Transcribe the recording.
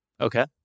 Okay